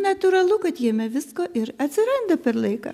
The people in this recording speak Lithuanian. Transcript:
natūralu kad jame visko ir atsiranda per laiką